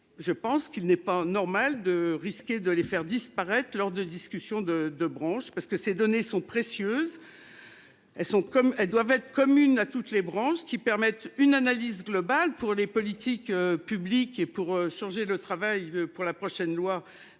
Je pense qu'il n'est pas normal de risquer de les faire disparaître lors de discussions de de branche parce que ces données sont précieuses. Elles sont comme elles doivent être commune à toutes les branches qui permettent une analyse globale pour les politiques publiques et pour changer le travail pour la prochaine loi